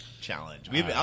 challenge